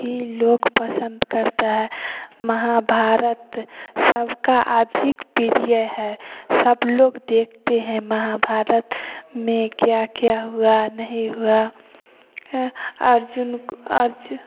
ही लोग पसंद करते हैं महाभारत सब का अधिक प्रिय है सब लोग देखते हैं महाभारत में क्या क्या हुआ नहीं हुआ अर्जुन अर्ज